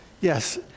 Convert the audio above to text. Yes